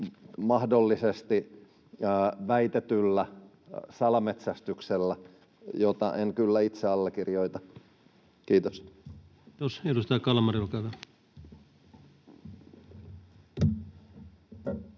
mahdollisesti väitetyllä salametsästyksellä, jota en kyllä itse allekirjoita. — Kiitos.